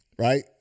Right